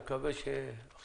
אני מקווה שלא